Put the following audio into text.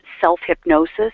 self-hypnosis